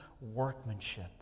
workmanship